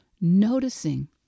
noticing